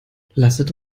lasset